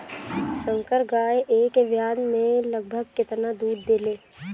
संकर गाय एक ब्यात में लगभग केतना दूध देले?